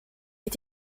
est